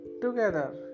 together